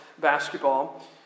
basketball